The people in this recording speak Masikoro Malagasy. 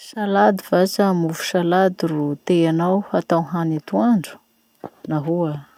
Salady va sa mofo salady ro teanao atao hany atoandro? Nahoa?